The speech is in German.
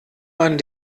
man